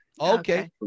Okay